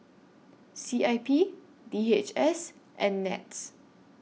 C I P D H S and Nets